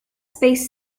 space